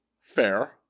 Fair